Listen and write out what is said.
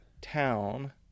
Town